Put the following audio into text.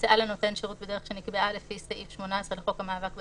הומצאה לנותן שירות בדרך שנקבעה לפי סעיף 18 לחוק המאבק בטרור,